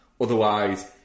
otherwise